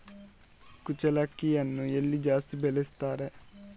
ಕುಚ್ಚಲಕ್ಕಿಯನ್ನು ಎಲ್ಲಿ ಜಾಸ್ತಿ ಬೆಳೆಸ್ತಾರೆ?